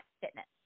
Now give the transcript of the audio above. Fitness